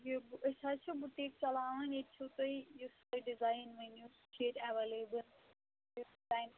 یہِ أسۍ حظ چھِ بُٹیٖک چلاوان ییٚتہِ چھُو تُہۍ یُس تۄہہِ ڈِزایِن وٕنِو سُہ چھُ ییٚتہِ ایویلیبٕل یُس ڈِزایِن